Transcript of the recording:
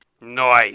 Nice